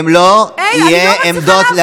הן לא יהיו עמדות,